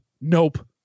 nope